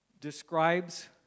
describes